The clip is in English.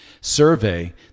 survey